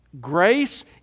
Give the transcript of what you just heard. grace